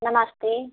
नमस्ते